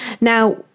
Now